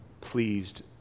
pleased